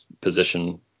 position